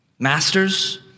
Masters